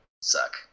suck